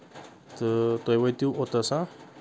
تہٕ تُہۍ وٲتِو اوٚتسا ہاں